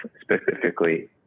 specifically